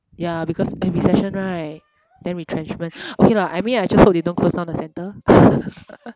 ya because and recession right then retrenchment okay lah I mean I just hope they don't close down the centre